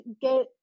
get